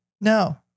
no